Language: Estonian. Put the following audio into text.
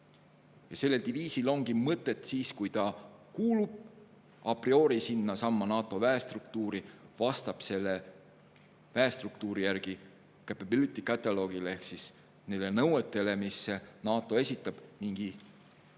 Sellel diviisil ongi mõtet siis, kui ta kuuluba priorisinnasamasse NATO väestruktuuri, vastab selle väestruktuuricapabilities catalogue'ile ehk nendele nõuetele, mis NATO esitab mingi diviisi